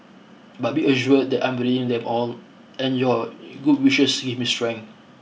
but be assured that I'm reading them all and your good wishes give me strength